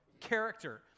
character